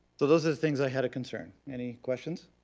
so those are things i had a concern. any questions?